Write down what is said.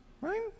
right